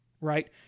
right